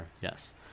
Yes